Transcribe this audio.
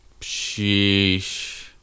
Sheesh